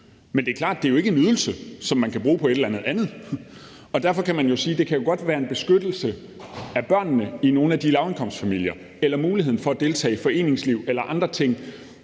men det er klart, at det ikke er en ydelse, som man kan bruge på et eller andet andet. Derfor kan man sige, at det godt kan være en beskyttelse af børnene i de lavindkomstfamilier eller af muligheden for at deltage i foreningslivet eller andre ting,